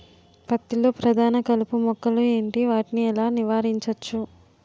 పత్తి లో ప్రధాన కలుపు మొక్కలు ఎంటి? వాటిని ఎలా నీవారించచ్చు?